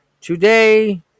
today